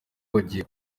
bagiye